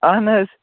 اَہَن حظ